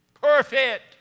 Perfect